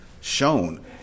shown